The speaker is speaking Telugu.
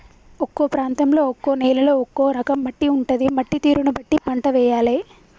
ఒక్కో ప్రాంతంలో ఒక్కో నేలలో ఒక్కో రకం మట్టి ఉంటది, మట్టి తీరును బట్టి పంట వేయాలే